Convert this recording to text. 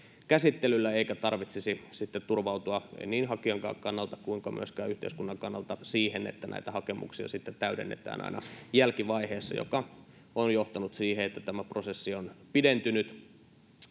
käsittelyllä eikä tarvitsisi sitten turvautua niin hakijan kannalta kuin myöskään yhteiskunnan kannalta siihen että näitä hakemuksia täydennetään aina jälkivaiheessa mikä on johtanut siihen että tämä prosessi on pidentynyt